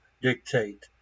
dictate